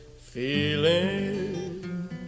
feeling